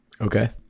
Okay